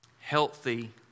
healthy